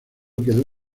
quedó